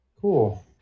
Cool